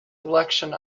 election